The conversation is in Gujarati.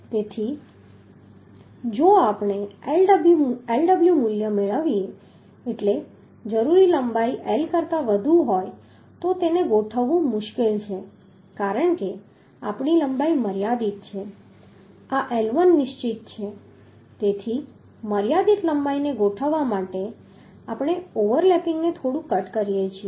તેથી જો આપણે Lw મૂલ્ય મેળવીએ એટલે જરૂરી લંબાઈ L કરતાં વધુ હોય તો તેને ગોઠવવું મુશ્કેલ છે કારણ કે આપણી લંબાઈ મર્યાદિત છે આ L1 નિશ્ચિત છે તેથી મર્યાદિત લંબાઈને ગોઠવવા માટે આપણે ઓવરલેપિંગને થોડું કટ કરીએ છીએ